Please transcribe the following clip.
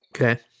Okay